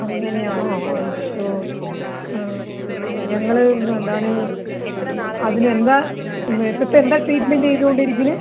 അങ്ങനെ ആണോ അയ്യോ ഞങ്ങള് എന്താണ് അതിൽ എന്താ നമ്മൾ ഇപ്പോഴത്തെ എന്താ ട്രീറ്റ്മെൻ്റ് ചെയ്തുകൊണ്ടിരിക്കണത്